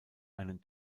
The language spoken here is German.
einen